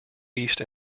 east